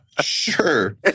Sure